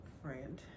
friend